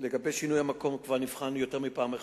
לגבי שינוי המקום, זה כבר נבחן יותר מפעם אחת.